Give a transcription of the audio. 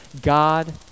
God